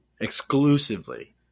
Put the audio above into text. Exclusively